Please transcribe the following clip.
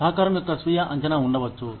సహకారం యొక్క స్వీయ అంచనా ఉండవచ్చు